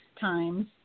times